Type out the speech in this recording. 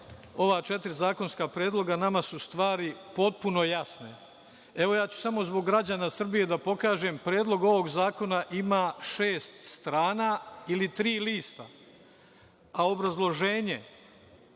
ova četiri zakonska predloga nama su stvari potpuno jasne. Ja ću samo zbog građana Srbije da pokažem Predlog zakona koji ima šest strana ili tri lista, a obrazloženje